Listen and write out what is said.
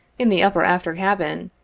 in the upper after cabin,